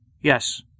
Yes